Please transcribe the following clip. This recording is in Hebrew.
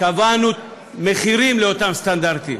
קבענו מחירים לאותם סטנדרטים.